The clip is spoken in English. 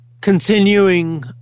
Continuing